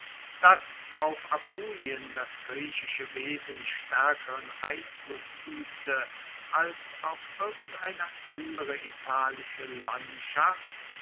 dass auf apulien das griechische wesen staerkeren einfluss uebte als auf irgendeine andere italische landschaft